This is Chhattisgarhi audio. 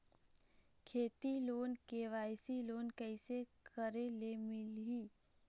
खेती लोन के.वाई.सी लोन कइसे करे ले मिलही?